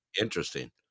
interesting